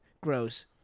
gross